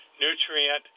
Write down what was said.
nutrient